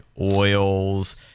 oils